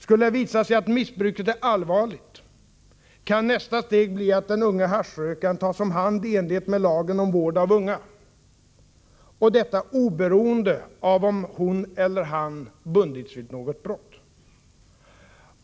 Skulle det visa sig att missbruket är allvarligt, kan nästa steg bli att den unge haschrökaren tas om hand i enlighet med lagen om vård av unga, och detta oberoende av om hon eller han bundits vid något brott.